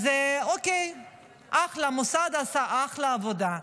אוקיי, אחלה, המוסד עשה אחלה עבודה,